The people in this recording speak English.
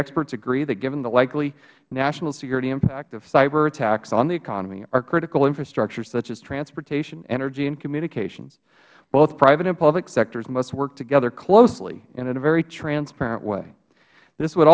experts agree that given the likely national security impact of cyber attacks on the economy our critical infrastructure as transportation energy and communications both private and public sectors must work together closely and in a very transparent way this would